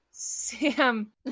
Sam